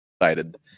excited